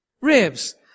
ribs